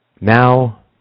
now